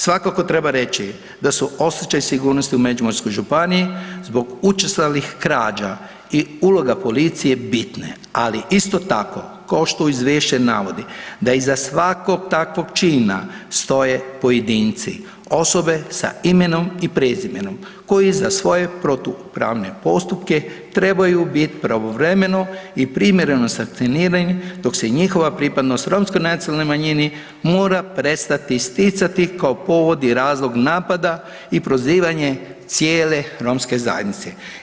Svakako treba reći da su osjećaj sigurnosti u Međimurskoj županiji zbog učestalih krađa i uloga policije bitne, ali isto tako kao što izvješće navodi da iza svakog takvog čina stoje pojedinci, osobe sa imenom i prezimenom koji za svoje protupravne postupke trebaju biti pravovremeno i privremeno sankcionirani dok se njihova pripadnost Romskoj nacionalnoj manjini mora prestati isticati kao povod i razlog napada i prozivanje cijele romske zajednice.